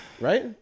Right